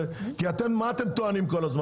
כי מה אתם טוענים כל הזמן?